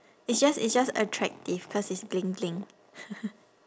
it's just it's just attractive cause it's bling bling